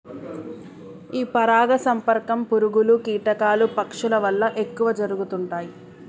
ఈ పరాగ సంపర్కం పురుగులు, కీటకాలు, పక్షుల వల్ల ఎక్కువ జరుగుతుంటాయి